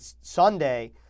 Sunday